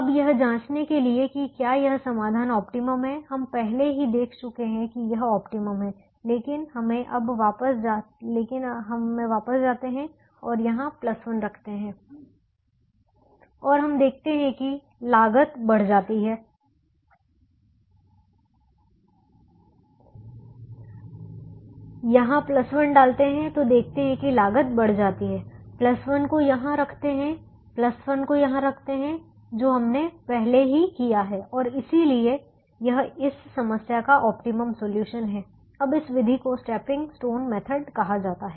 अब यह जांचने के लिए कि क्या यह समाधान ऑप्टिमम है हम पहले ही देख चुके हैं कि यह ऑप्टिमम है लेकिन हम अब वापस जाते है और यहां 1 रखते है और हम देखते हैं कि लागत बढ़ जाती है यहां 1 डालते हैं तो देखते हैं कि लागत बढ़ जाती है 1 को यहां रखते हैं 1 को यहां रखते हैं जो हमने पहले ही किया है और इसलिए यह इस समस्या का ऑप्टिमम सोल्यूशन है अब इस विधि को स्टेपिंग स्टोन मेथड कहा जाता है